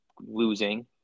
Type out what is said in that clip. losing